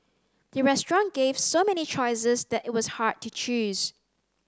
the restaurant gave so many choices that it was hard to choose